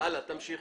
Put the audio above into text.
תמשיכי.